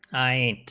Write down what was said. i